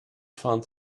found